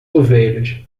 ovelhas